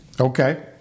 Okay